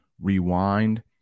rewind